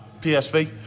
PSV